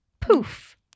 Poof